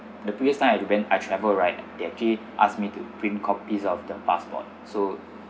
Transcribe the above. the previous time I went I travel right they keep asked me to print copies of the passport so